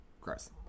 Gross